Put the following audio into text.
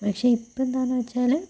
പക്ഷേ ഇപ്പോൾ എന്താന്ന് വെച്ചാല്